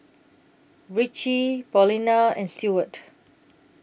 Ritchie Paulina and Stewart